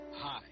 Hi